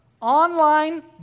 Online